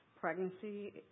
pregnancy